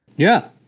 yeah,